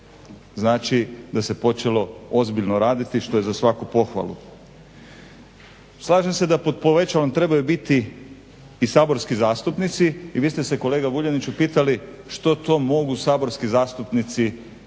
Znači, da se počelo ozbiljno raditi što je za svaku pohvalu. Slažem se da pod povećalom trebaju biti i saborski zastupnici i vi ste se kolega Vuljaniću pitali što to mogu saborski zastupnici